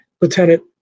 lieutenant